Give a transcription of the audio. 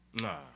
Nah